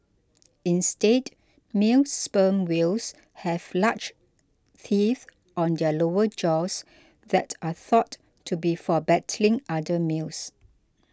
instead male sperm whales have large teeth on their lower jaws that are thought to be for battling other males